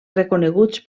reconeguts